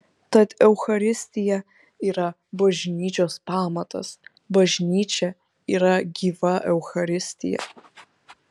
tad eucharistija yra bažnyčios pamatas bažnyčia yra gyva eucharistija